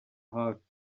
hafi